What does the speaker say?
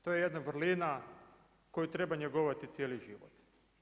To je jedna vrlina koju treba njegovati cijeli život.